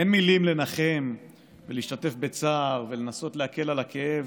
אין מילים לנחם ולהשתתף בצער ולנסות להקל את הכאב,